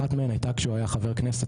אחת מהן הייתה כשהוא היה חבר כנסת